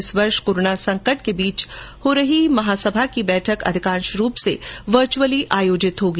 इस वर्ष कोरोना संकट के बीच हो रही महासभा की बैठक अधिकांश रूप से वर्चुअली आयोजित होगी